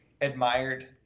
admired